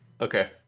Okay